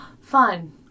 fun